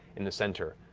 in the center,